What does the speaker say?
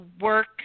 work